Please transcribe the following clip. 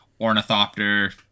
Ornithopter